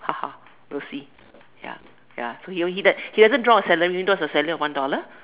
haha we'll see ya ya he hasn't drawn a salary of one dollar